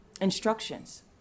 instructions